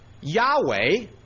Yahweh